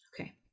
Okay